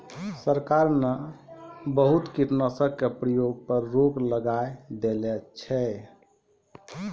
सरकार न बहुत कीटनाशक के प्रयोग पर रोक लगाय देने छै